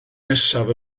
nesaf